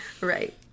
Right